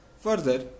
Further